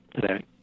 today